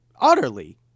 utterly